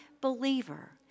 believer